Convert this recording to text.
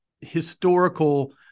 historical